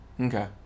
Okay